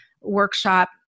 workshop